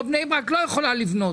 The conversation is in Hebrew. גם אף אחד מהם לא רוצה להפלות,